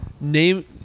Name